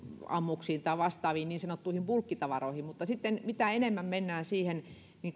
ammuksiin tai vastaaviin niin sanottuihin bulkkitavaroihin mutta sitten mitä enemmän mennään siihen